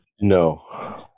no